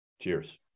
cheers